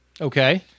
okay